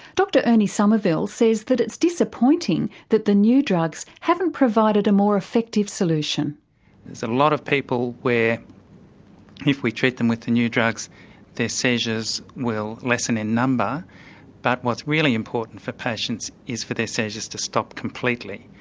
dr ernie summerville says that it's disappointing that the new drugs haven't provided a more effective solution. there's a lot of people where if we treat them with the new drugs their seizures will lessen in number but what's really important for patients is for their seizures to stop completely.